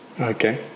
Okay